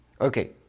Okay